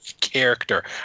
character